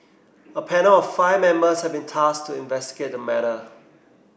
a panel of five members has been tasked to investigate the matter